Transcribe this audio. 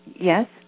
Yes